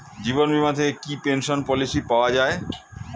জীবন বীমা থেকে কি পেনশন পলিসি পাওয়া যায়?